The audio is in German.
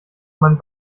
man